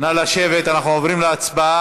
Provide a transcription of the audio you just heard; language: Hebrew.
נא לשבת, אנחנו עוברים להצבעה.